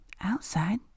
Outside